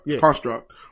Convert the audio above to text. construct